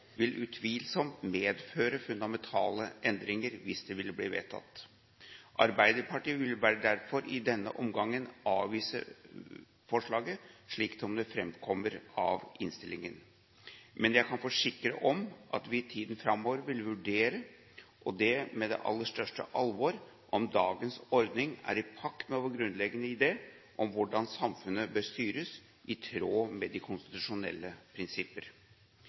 vil utvilsomt medføre fundamentale endringer hvis det skulle bli vedtatt. Arbeiderpartiet vil derfor i denne omgangen avvise forslaget, slik som det framkommer av innstillingen. Men jeg kan forsikre om at vi i tiden framover vil vurdere, og det med det aller største alvor, om dagens ordning er i pakt med vår grunnleggende idé om hvordan samfunnet bør styres i tråd med de konstitusjonelle prinsipper.